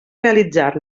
realitzar